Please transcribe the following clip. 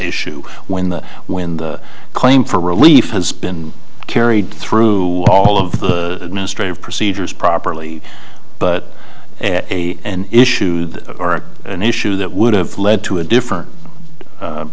issue when the when the claim for relief has been carried through all of the administrative procedures properly but a issued or an issue that would have led to a different